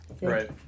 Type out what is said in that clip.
Right